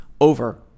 over